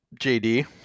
JD